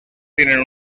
tienen